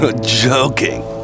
joking